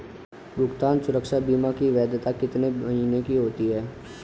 भुगतान सुरक्षा बीमा की वैधता कितने महीनों की होती है?